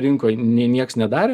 rinkoj nie nieks nedarė